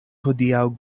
hodiaŭ